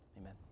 amen